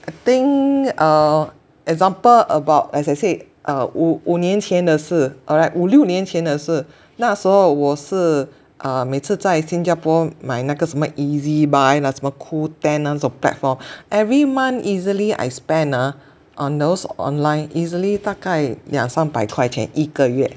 I think a example about as I said uh 五五年前的事 alright 五六年前的事那时候我是啊每次在新加坡买那个什么 EZ Buy 啦什么 Qoo Ten 那种 platform every month easily I spend ah on those online easily 大概两三百块钱一个月